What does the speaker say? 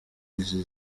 izi